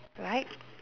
right